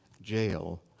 jail